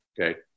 Okay